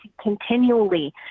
continually